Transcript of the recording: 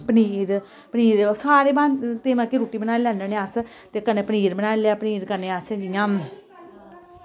पनीर पनीर सारें भांति मतलव कि रुट्टी बनाई लैन्ने होन्ने अस ते कन्नै पनीर बनाई लेआ ते पनीर कन्नै असें जियां